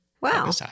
Wow